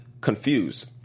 confused